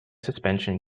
suspension